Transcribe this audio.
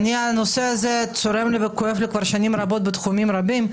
והנושא הזה צורם לי וכואב לי כבר שנים רבות בתחומים רבים,